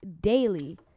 daily